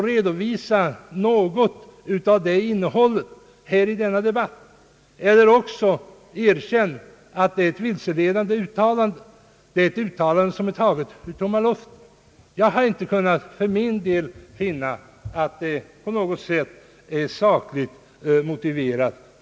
Redovisa i så fall något av innehållet här i denna debatt. Erkänn annars att det är ett vilseledande uttalande, taget ur tomma luften. Jag har för min del inte kunnat finna att utskottets uttalande är på något sätt sakligt motiverat.